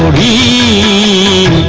e